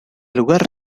lugar